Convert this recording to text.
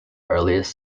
earliest